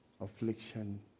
affliction